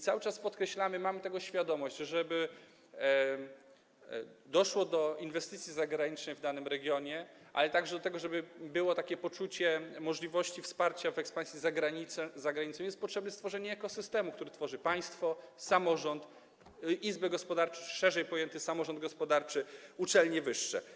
Cały czas podkreślamy, mamy tego świadomość, że żeby doszło do inwestycji zagranicznej w danym regionie, ale także do tego, żeby było takie poczucie możliwości wsparcia ekspansji za granicę, jest potrzebne stworzenie ekosystemu, który tworzy państwo, samorząd, izby gospodarcze czy szerzej pojęty samorząd gospodarczy, uczelnie wyższe.